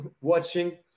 watching